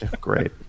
Great